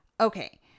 Okay